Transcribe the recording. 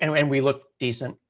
and and we look decent.